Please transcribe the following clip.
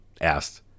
asked